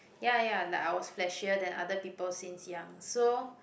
ya ya like I was fleshier than other people since young so